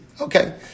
Okay